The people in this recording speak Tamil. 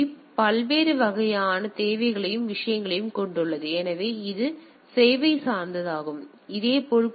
பி பல்வேறு வகையான தேவைகளையும் விஷயங்களையும் கொண்டுள்ளது எனவே இது சேவை சார்ந்ததாகும்